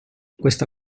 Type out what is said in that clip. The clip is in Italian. questa